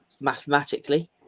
mathematically